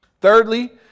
Thirdly